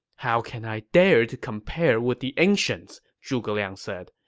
how can i dare to compare with the ancients? zhuge liang said.